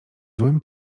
złym